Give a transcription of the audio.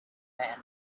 man